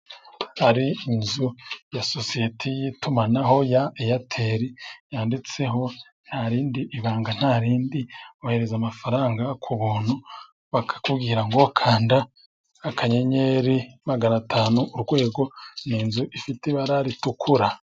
hari inzu ya sosiyete y'itumanaho ya airtel yanditseho nta rindi banga, nta rindi; ohereza amafaranga ku buntu. Bakakubwira ngo kanda akanyenyeri magana atanu urwego. Ni inzu ifite ibara ritukura.